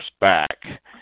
back